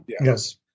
yes